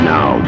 Now